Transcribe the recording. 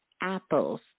apples